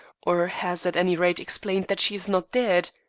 or has, at any rate, explained that she is not dead?